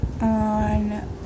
on